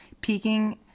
peaking